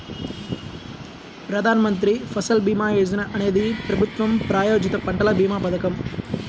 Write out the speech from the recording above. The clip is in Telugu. ప్రధాన్ మంత్రి ఫసల్ భీమా యోజన అనేది ప్రభుత్వ ప్రాయోజిత పంటల భీమా పథకం